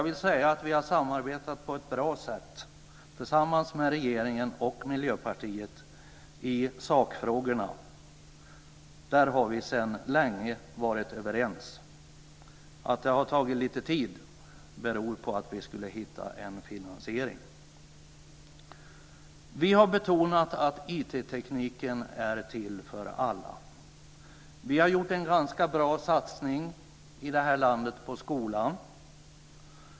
Vi har samarbetat på ett bra sätt med regeringen och Miljöpartiet. I sakfrågorna har vi sedan länge varit överens. Att det har tagit lite tid beror på att vi skulle hitta en finansiering. Vi har betonat att IT är till för alla. Vi har gjort en ganska bra satsning i landet på skolan.